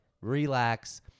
relax